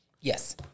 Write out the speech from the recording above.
Yes